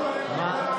מה?